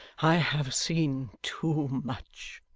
i have seen too much.